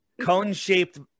Cone-shaped